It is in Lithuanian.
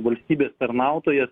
valstybės tarnautojas